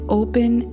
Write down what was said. open